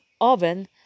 oven